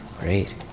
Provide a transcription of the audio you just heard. Great